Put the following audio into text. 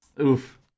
Oof